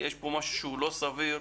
יש פה משהו לא סביר.